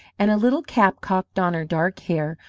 and a little cap cocked on her dark hair,